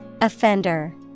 Offender